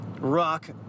rock